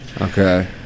Okay